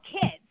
kids